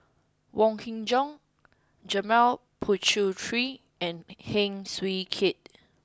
Wong Kin Jong Janil Puthucheary and Heng Swee Keat